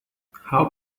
how